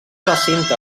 recintes